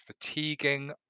fatiguing